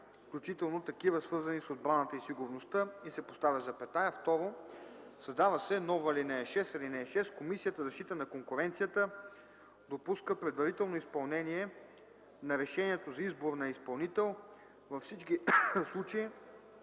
„включително такива, свързани с отбраната и сигурността” и се поставя запетая. 2. Създава се нова ал. 6: „(6) Комисията за защита на конкуренцията допуска предварително изпълнение на решението за избор на изпълнител във всички случаи,